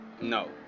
no